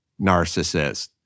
narcissist